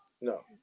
No